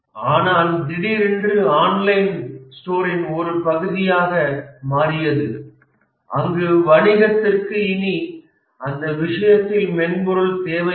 ஆனால் திடீரென்று ஆன்லைன் ஸ்டோரின் ஒரு பகுதியாக மாறியது அங்கு வணிகத்திற்கு இனி அந்த விஷயத்தில் மென்பொருள் தேவையில்லை